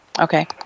Okay